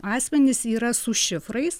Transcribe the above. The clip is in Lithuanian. asmenys yra su šifrais